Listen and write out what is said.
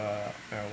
uh marijuana